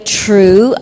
true